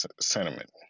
sentiment